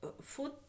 Food